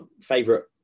favorite